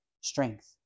strength